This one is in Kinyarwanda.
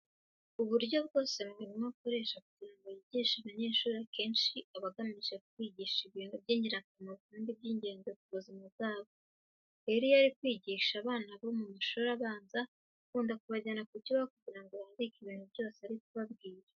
Uburyo bwose mwarimu akoresha kugira ngo yigishe abanyeshuri akenshi aba agamije kubigisha ibintu by'ingirakamaro kandi by'ingenzi ku buzima bwabo. Rero iyo ari kwigisha abana bo mu mashuri abanza akunda kubajyana ku kibaho kugira ngo bandike ibintu byose ari kubabwira.